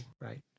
right